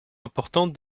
importante